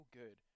good